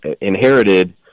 inherited